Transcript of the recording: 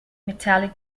metallic